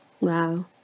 Wow